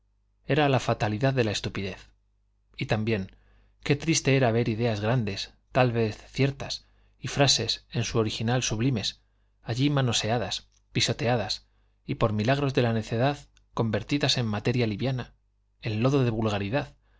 era la fatalidad de la estupidez y también qué triste era ver ideas grandes tal vez ciertas y frases en su original sublimes allí manoseadas pisoteadas y por milagros de la necedad convertidas en materia liviana en lodo de vulgaridad